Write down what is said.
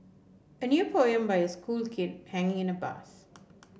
a new poem by a school kid hanging in a bus